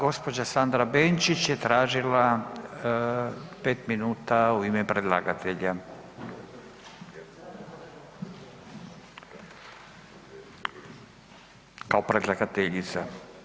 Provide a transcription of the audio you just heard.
Gospođa Sandra Benčić je tražila 5 minuta u ime predlagatelja kao predlagateljica.